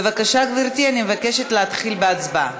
בבקשה, גברתי, אני מבקשת להתחיל בהצבעה.